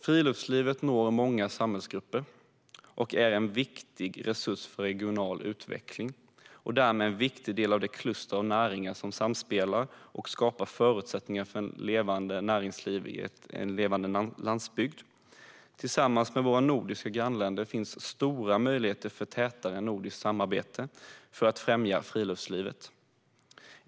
Friluftslivet når många samhällsgrupper och är en viktig resurs för regional utveckling och därmed en viktig del av det kluster av näringar som samspelar och skapar förutsättningar för ett levande näringsliv på en levande landsbygd. Tillsammans med våra nordiska grannländer har vi stora möjligheter till ett tätare nordiskt samarbete för att främja friluftslivet.